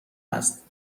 است